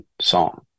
song